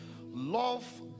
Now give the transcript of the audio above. love